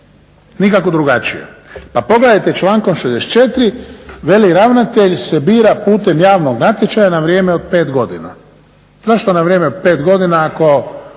nikako drugačije. Pa pogledajte člankom 64. veli ravnatelj se bira putem javnog natječaja na vrijeme od 5 godina. Zašto na vrijeme od 5 godina ako